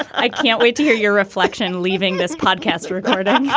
i can't wait to hear your reflection leaving this podcast to ricardo yeah